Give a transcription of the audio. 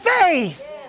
faith